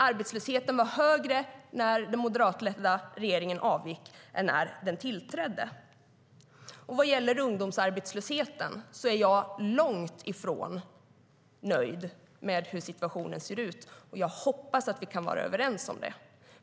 Arbetslösheten var högre när den moderatledda regeringen avgick än när den tillträdde. Vad gäller ungdomsarbetslösheten är jag långt ifrån nöjd med hur situationen ser ut. Jag hoppas att vi kan vara överens om det.